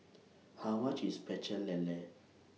How much IS Pecel Lele